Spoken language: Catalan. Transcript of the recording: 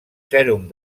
sèrum